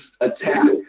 attack